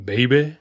Baby